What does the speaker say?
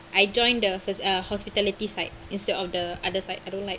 I joined the hos~ err hospitality side instead of the other side I don't like